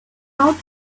out